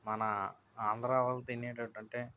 మన ఆంధ్ర వాళ్ళు తినేటట్టు అంటే